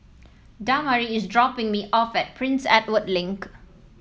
Damari is dropping me off at Prince Edward Link